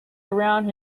around